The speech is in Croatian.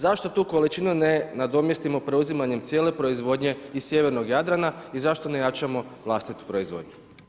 Zašto tu količinu ne nadomjestimo preuzimanjem cijele proizvodnje iz Sjevernog Jadrana i zašto ne jačamo vlastitu proizvodnju?